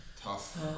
Tough